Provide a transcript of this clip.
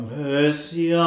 mercy